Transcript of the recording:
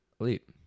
Elite